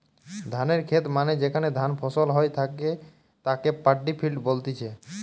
ধানের খেত মানে যেখানে ধান ফসল হই থাকে তাকে পাড্ডি ফিল্ড বলতিছে